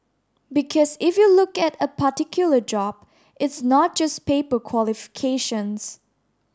because if you look at a particular job it's not just paper qualifications